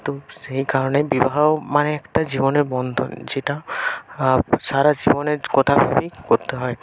তো সেই কারণে বিবাহ মানে একটা জীবনের বন্ধন সেটা সারা জীবনের কথা ভেবেই করতে হয়